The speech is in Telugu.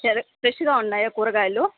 సరే ఫ్రెష్షుగా ఉన్నాయా కూరగాయలు